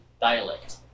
dialect